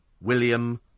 William